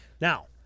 Now